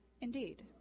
indeed